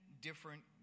different